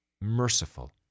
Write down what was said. merciful